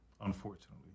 unfortunately